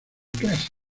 clase